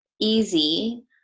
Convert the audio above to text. easy